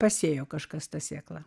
pasėjo kažkas tą sėklą